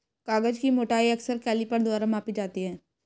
कागज की मोटाई अक्सर कैलीपर द्वारा मापी जाती है